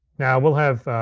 now we'll have,